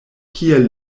kiel